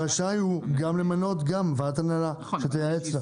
רשאי הוא למנות גם ועדת הנהלה שתייעץ לה.